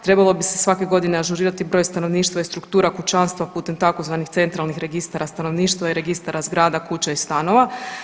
Trebalo bi se svake godine ažurirati broj stanovništva i struktura kućanstva putem tzv. centralnih registara stanovništva i registara zgrada, kuća i stanova.